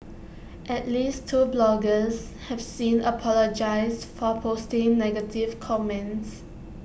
at least two bloggers have since apologised for posting negative comments